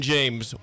James